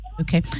Okay